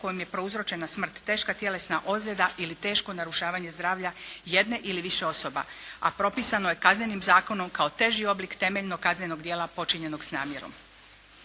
kojim je prouzročena smrt, teška tjelesna ozljeda ili teško narušavanje zdravlja jedne ili više osoba, a propisano je kaznenim zakonom kao teži oblik temeljnog kaznenog djela počinjenog s namjerom.